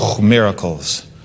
Miracles